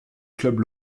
club